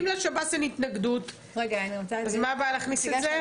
אם לשב"ס אין התנגדות אז מה הבעיה להכניס את זה?